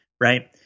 right